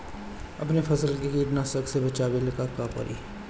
अपने फसल के कीटनाशको से बचावेला का करे परी?